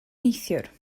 neithiwr